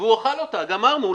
והוא אכל אותה, גמרנו.